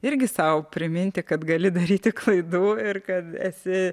irgi sau priminti kad gali daryti klaidų ir kad esi